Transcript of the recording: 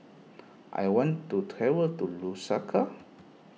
I want to travel to Lusaka